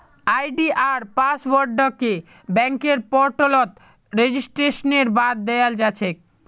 आई.डी.आर पासवर्डके बैंकेर पोर्टलत रेजिस्ट्रेशनेर बाद दयाल जा छेक